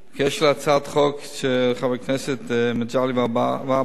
בקשר להצעת החוק של חבר הכנסת מגלי והבה,